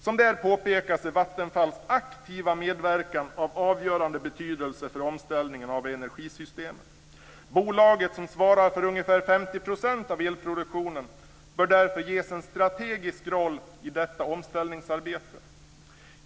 Som där påpekas är Vattenfalls aktiva medverkan av avgörande betydelse för omställningen av energisystemet. Bolaget, som svarar för ungefär 50 % av elproduktionen, bör därför ges en strategisk roll i detta omställningsarbete.